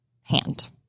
hand